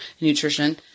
nutrition